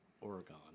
Oregon